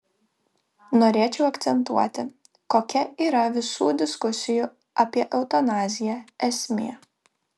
norėčiau akcentuoti kokia yra visų diskusijų apie eutanaziją esmė